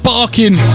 Barking